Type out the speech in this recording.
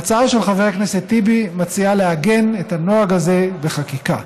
ההצעה של חבר הכנסת טיבי מציעה לעגן את הנוהג הזה בחקיקה.